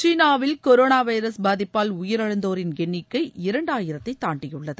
சீனாவில் கொரோனாவைரஸ் பாதிப்பால் உயிரிழந்தோரின் எண்ணிக்கை இரண்டாயிரத்தைதாண்டியுள்ளது